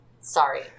Sorry